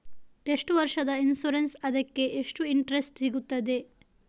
ಎಷ್ಟು ವರ್ಷದ ಇನ್ಸೂರೆನ್ಸ್ ಅದಕ್ಕೆ ಎಷ್ಟು ಇಂಟ್ರೆಸ್ಟ್ ಸಿಗುತ್ತದೆ?